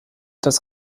das